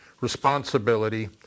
responsibility